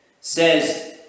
says